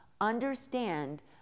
Understand